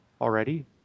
already